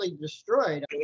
destroyed